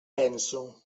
penso